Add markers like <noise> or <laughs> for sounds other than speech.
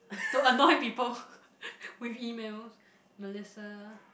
don't annoy people <laughs> with emails Melissa